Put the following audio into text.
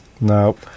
Nope